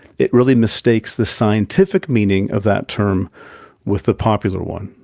it really mistakes the scientific meaning of that term with the popular one.